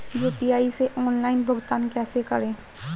UPI से online भुगतान कैसे करें?